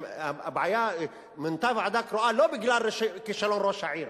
הבעיה היא שמונתה ועדה קרואה לא בגלל כישלון ראש העיר.